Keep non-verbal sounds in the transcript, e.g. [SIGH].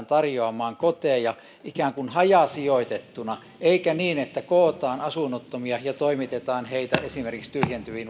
[UNINTELLIGIBLE] tarjoamaan koteja ikään kuin hajasijoitettuina kuin se että kootaan asunnottomia ja toimitetaan heitä esimerkiksi tyhjentyviin [UNINTELLIGIBLE]